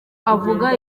avuga